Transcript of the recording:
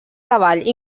cavall